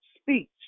speech